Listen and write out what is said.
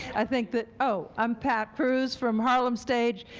i think that oh, i'm pat cruz from harlem stage,